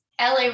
LA